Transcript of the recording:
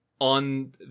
on